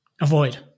Avoid